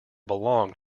belonged